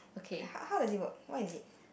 how how does it work what is it